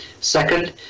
Second